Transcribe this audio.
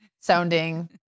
sounding